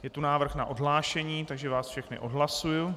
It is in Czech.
Je tu návrh na odhlášení, takže vás všechny odhlašuji.